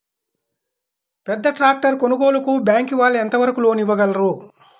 పెద్ద ట్రాక్టర్ కొనుగోలుకి బ్యాంకు వాళ్ళు ఎంత వరకు లోన్ ఇవ్వగలరు?